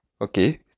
okay